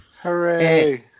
Hooray